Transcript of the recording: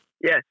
Yes